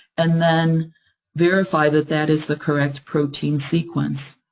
and then verify that that is the correct protein sequence.